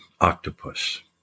octopus